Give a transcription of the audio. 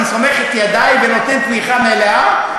אני סומך את ידי ונותן תמיכה מלאה,